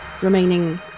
remaining